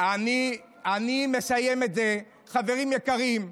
אני מסיים את זה, חברים יקרים.